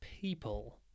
people